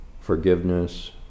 forgiveness